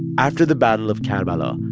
after the battle of karbala,